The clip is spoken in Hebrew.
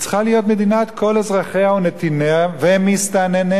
היא צריכה להיות מדינת כל אזרחיה ונתיניה ומסתנניה.